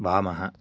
वामः